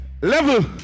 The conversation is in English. Level